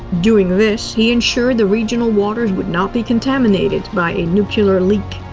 doing this, he ensured the regional waters would not be contaminated by a nuclear leak.